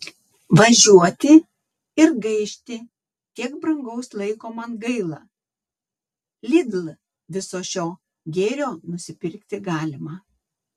važiuoti ir gaišti tiek brangaus laiko man gaila lidl viso šio gėrio nusipirkti galima